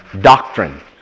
doctrine